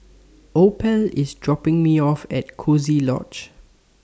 Opal IS dropping Me off At Coziee Lodge